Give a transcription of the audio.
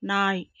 நாய்